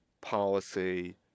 policy